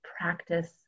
practice